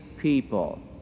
people